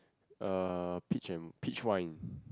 uh peach and peach wine